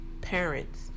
parents